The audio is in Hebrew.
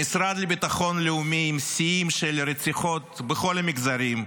המשרד לביטחון לאומי עם שיאים של רציחות בכל המגזרים,